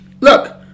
look